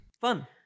Fun